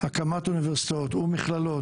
הקמת אוניברסיטאות ומכללות,